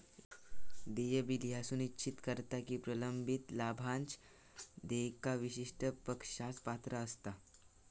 देय बिल ह्या सुनिश्चित करता की प्रलंबित लाभांश देयका विशिष्ट पक्षास पात्र असता